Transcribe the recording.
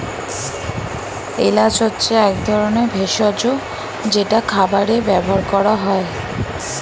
এলাচ হচ্ছে এক ধরনের ভেষজ যেটা খাবারে ব্যবহার করা হয়